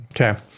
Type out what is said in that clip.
okay